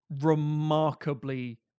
remarkably